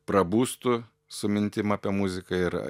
prabustų su mintim apie muziką ir